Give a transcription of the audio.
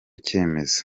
cyemezo